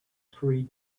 three